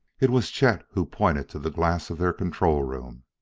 it was chet who pointed to the glass of their control room.